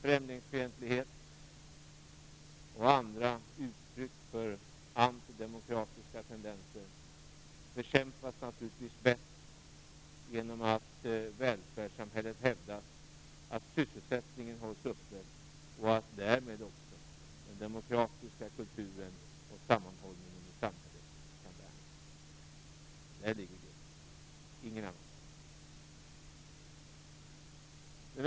Främlingsfientlighet och andra uttryck för antidemokratiska tendenser bekämpas naturligtvis bäst genom att välfärdssamhället hävdas, att sysselsättningen hålls uppe och att därmed också den demokratiska kulturen och sammanhållningen i samhället kan värnas. Där ligger grunden, ingen annanstans.